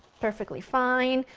perfectly fine.